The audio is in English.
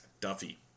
Duffy